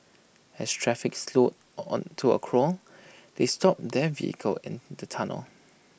as traffic slowed on to A crawl they stopped their vehicle in the tunnel